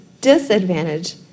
disadvantage